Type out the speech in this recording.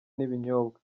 n’ibinyobwa